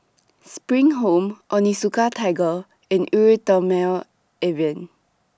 SPRING Home Onitsuka Tiger and Eau Thermale Avene